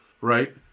right